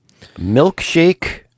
milkshake